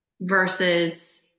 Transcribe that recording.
versus